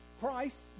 Christ